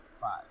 Five